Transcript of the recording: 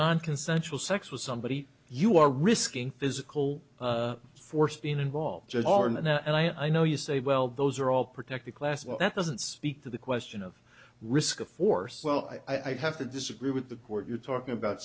non consensual sex with somebody you are risking physical force being involved at all and i know you say well those are all protected class well that doesn't speak to the question of risk of force well i'd have to disagree with the who are you talking about